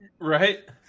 Right